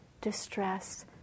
distress